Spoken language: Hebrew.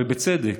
ובצדק,